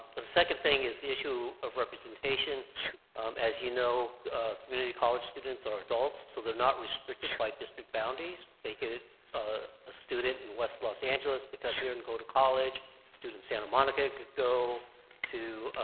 the second thing is the issue of representation as you know community college students or adults so they're not restricted by district boundaries making it a student in west los angeles become here and go to college student santa monica could go to